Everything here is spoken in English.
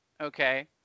okay